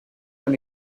dans